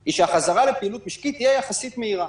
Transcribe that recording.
הן שהחזרה לפעילות משקית תהיה יחסית מהירה.